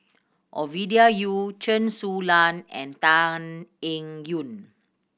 Ovidia Yu Chen Su Lan and Tan Eng Yoon